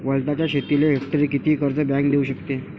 वलताच्या शेतीले हेक्टरी किती कर्ज बँक देऊ शकते?